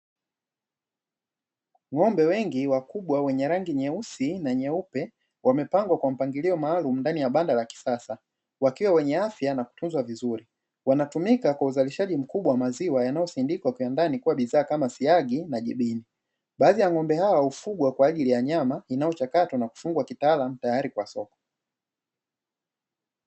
Ng'ombe wengi wakubwa wenye rangi nyeusi na nyeupe wamepangwa kwa mpangilio maalumu ndani ya banda la kisasa wakiwa wenye afya na kutunzwa vizuri. Wanatumika kwa uzalishaji mkubwa wa maziwa yanayosindikwa viwandani kuwa bidhaa kama siagi na jibini. Baadhi ya ng'ombe hao hufugwa kwa ajili ya nyama inayochakatwa na kufungwa kitaalamu tayari kwa soko.